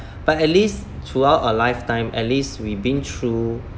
but at least throughout our lifetime at least we been through